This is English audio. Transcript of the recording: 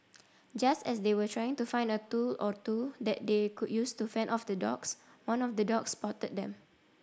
just as they were trying to find a tool or two that they could use to fend off the dogs one of the dogs spotted them